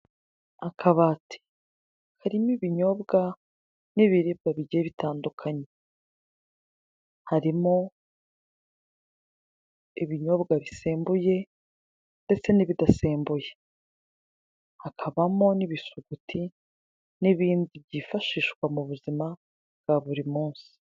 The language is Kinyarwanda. Akabati karimo ibinyobwa n'ibiribwa bigiye bitandukanye harimo ibinyobwa bisembuye ndetse n'ibidasembuye, hakabamo n'ibisuguti n'ibindi byifashishwa mubuzima bwaburi munsi .